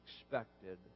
expected